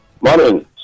morning